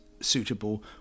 suitable